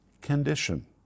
condition